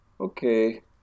okay